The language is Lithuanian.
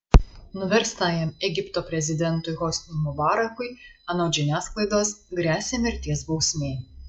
nuverstajam egipto prezidentui hosniui mubarakui anot žiniasklaidos gresia mirties bausmė